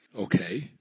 Okay